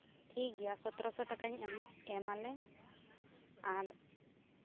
ᱴᱷᱤᱠ ᱜᱮᱭᱟ ᱥᱚᱛᱨᱚ ᱥᱚ ᱴᱟᱠᱟᱧ ᱮᱢ ᱟᱞᱮ ᱟᱨ